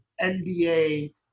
NBA